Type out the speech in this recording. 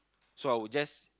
so I would just